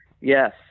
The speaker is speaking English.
yes